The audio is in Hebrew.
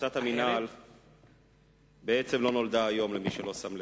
הפרטת המינהל בעצם לא נולדה היום, למי שלא שם לב.